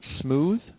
smooth